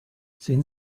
sehen